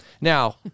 Now